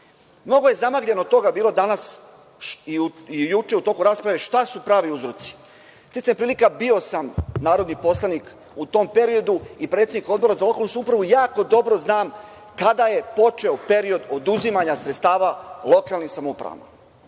je zamagljeno toga bilo danas i juče u toku rasprave. Šta su pravi uzroci? Sticajem prilika, bio sam narodni poslanik u tom periodu i predsednik Odbora za lokalnu samoupravu, jako dobro znam kada je počeo period oduzimanja sredstava lokalnim samoupravama.